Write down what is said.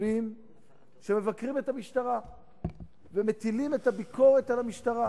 וטובים שמבקרים את המשטרה ומטילים את הביקורת על המשטרה.